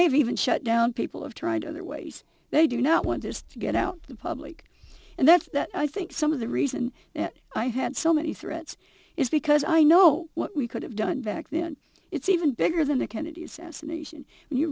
they've even shut down people have tried other ways they do not want this to get out of the public and that's that i think some of the reason i had so many threats is because i know what we could have done back then it's even bigger than the kennedy assassination and you